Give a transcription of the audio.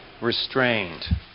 restrained